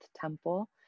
temple